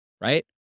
right